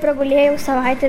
pragulėjau savaitę